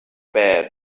bed